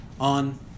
on